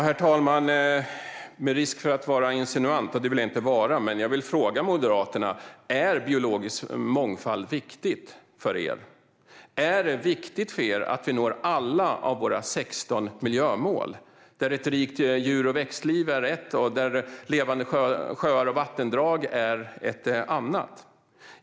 Herr talman! Med risk för att vara insinuant - det vill jag inte vara - vill jag fråga Moderaterna: Är biologisk mångfald viktigt för er? Är det viktigt för er att vi når alla våra 16 miljömål, där Ett rikt växt och djurliv är ett och där Levande sjöar och vattendrag är ett annat?